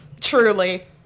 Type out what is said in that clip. truly